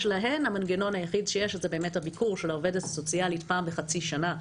המנגנון היחיד שיש להן זה הביקור של העובדת הסוציאלית פעם בחצי שנה,